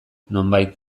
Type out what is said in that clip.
nonbait